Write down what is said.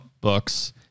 books